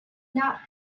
not